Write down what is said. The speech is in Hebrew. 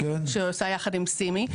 אותם היא עושה ביחד עם סימי,